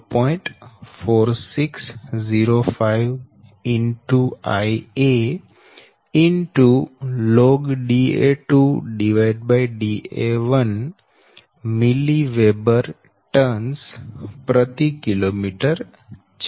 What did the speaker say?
4605Ialog mWb TKms milli weber turns પ્રતિ kilometre છે